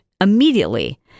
immediately